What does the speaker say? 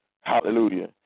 Hallelujah